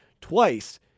twice